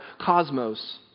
cosmos